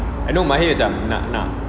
I know mahir macam nak nak